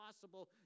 possible